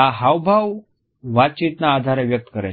આ હાવભાવ વાતચીતના આધારે વ્યક્ત કરે છે